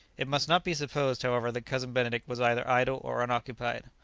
it must not be supposed, however, that cousin benedict was either idle or unoccupied.